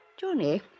Johnny